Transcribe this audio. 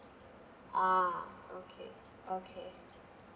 ah okay okay